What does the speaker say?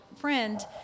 friend